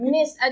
Miss